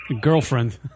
Girlfriend